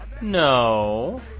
No